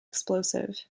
explosive